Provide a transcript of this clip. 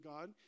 God